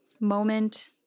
moment